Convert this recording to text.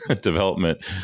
development